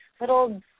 little